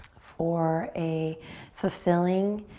for a fulfilling,